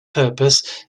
purpose